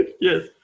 Yes